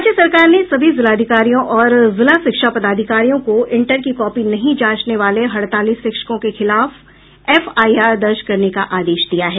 राज्य सरकार ने सभी जिलाधिकारियों और जिला शिक्षा पदाधिकारियों को इंटर की कॉपी नहीं जांचने वाले हड़ताली शिक्षकों के खिलाफ एफआईआर दर्ज करने का आदेश दिया है